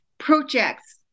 Projects